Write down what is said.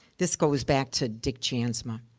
this goes back to dick jansma.